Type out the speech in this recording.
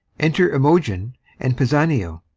enter imogen and pisanio